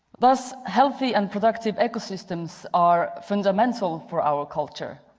but healthy and productive ecosystems are fundamental for our culture.